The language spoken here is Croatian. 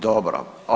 Dobro.